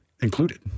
included